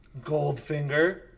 Goldfinger